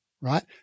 right